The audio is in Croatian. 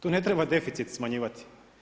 Tu ne treba deficit smanjivati.